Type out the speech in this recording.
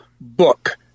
book